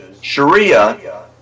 Sharia